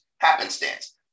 happenstance